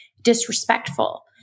disrespectful